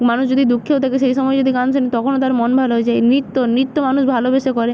মানুষ যদি দুঃখেও থাকে সেই সময় যদি গান শোনে তখনও তার মন ভালো হয়ে যায় নৃত্য নৃত্য মানুষ ভালোবেসে করে